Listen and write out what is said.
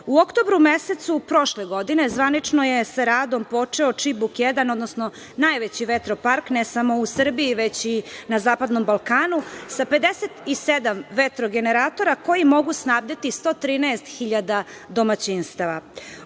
U oktobru mesecu prošle godine, zvanično je sa radom počeo „Čibuk 1“, odnosno najveći vetropark, ne samo u Srbiji, već i na zapadnom Balkanu, sa 57 vetrogeneratora, koji mogu snabdeti 113 hiljada domaćinstava. Ovo